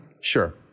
sure